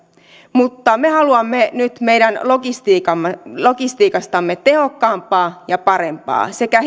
mutta me haluamme nyt meidän logistiikastamme logistiikastamme tehokkaampaa ja parempaa sekä